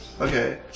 okay